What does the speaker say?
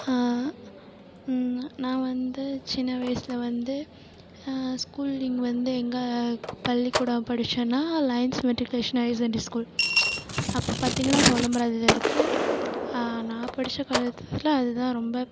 நான் வந்து சின்ன வயசுல வந்து ஸ்கூலிங் வந்து எங்கே பள்ளிக்கூடம் படித்தேனா Lions matriculation higher secondary school அப்போ பார்த்தீங்கன்னா பொன்னமராவதியில் இருக்குது நான் படித்த காலத்தில் அதுதான் ரொம்ப